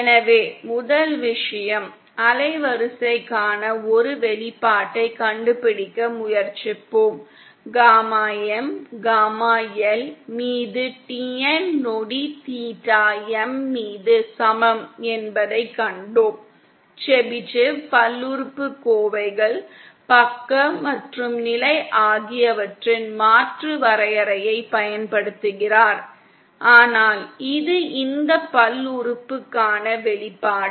எனவே முதல் விஷயம் அலைவரிசைக்கான ஒரு வெளிப்பாட்டைக் கண்டுபிடிக்க முயற்சிப்போம் காமா M காமா L மீது TN நொடி தீட்டா M மீது சமம் என்பதைக் கண்டோம் செபிஷேவ் பல்லுறுப்புக்கோவைகள் பக்க மற்றும் நிலை ஆகியவற்றின் மாற்று வரையறையைப் பயன்படுத்துகிறார் ஆனால் இது இந்த பல்லுறுப்புறுப்புக்கான வெளிப்பாடு